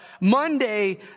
Monday